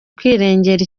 kwirengera